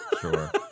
sure